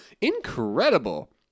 Incredible